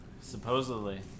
Supposedly